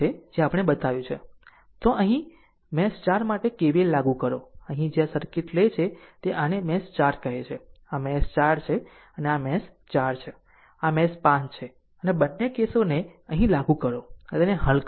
તો અહીં પણ મેશ 4 માટે KVL લાગુ કરો અહીં જ્યાં આ સર્કિટ લે છે તે આને મેશ 4 કહે છે આ મેશ 4 છે આ મેશ 4 છે અને આ મેશ 5 છે બંને કેસોને અહીં લાગુ કરો અને તેને હલ કરો